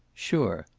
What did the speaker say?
sure.